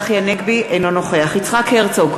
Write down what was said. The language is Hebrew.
אינו נוכח יצחק הרצוג,